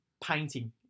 Painting